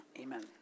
Amen